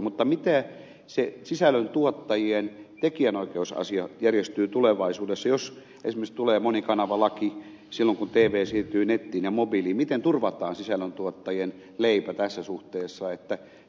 mutta miten se sisällöntuottajien tekijänoikeusasia järjestyy tulevaisuudessa jos esimerkiksi tulee monikanavalaki silloin kun tv siirtyy nettiin ja mobiiliin miten turvataan sisällöntuottajien leipä tässä suhteessa